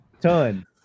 Ton